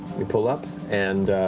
you pull up, and